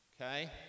okay